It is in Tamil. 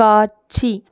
காட்சி